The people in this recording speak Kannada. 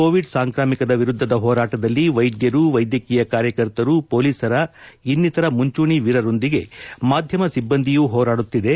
ಕೋವಿಡ್ ಸಾಂಕ್ರಾಮಿಕದ ವಿರುದ್ಧದ ಹೋರಾಟದಲ್ಲಿ ವೈದ್ಯರು ವೈದ್ಯಕೀಯ ಕಾರ್ಯಕರ್ತರು ಪೊಲೀಸರು ಇನ್ನಿತರ ಮುಂಚೂಣಿ ವೀರರೋಂದಿಗೆ ಮಾದ್ಯಮ ಸಿಬ್ಬಂದಿಯು ಹೋರಾಡುತ್ತಿದೆ